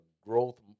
growth